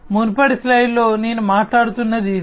మునుపటి స్లైడ్లో నేను మాట్లాడుతున్నది ఇదే